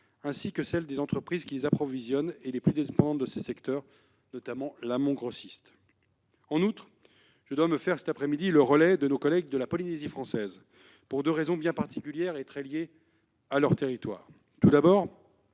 ainsi que de celle des entreprises qui les approvisionnent les plus dépendantes de ce secteur, notamment l'amont grossiste. En outre, je dois me faire cet après-midi le relais de nos collègues de la Polynésie française pour deux raisons bien particulières et très liées à leur territoire. Tout d'abord,